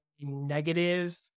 negative